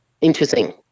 Interesting